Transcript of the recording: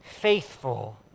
faithful